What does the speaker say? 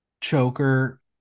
choker